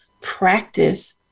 practice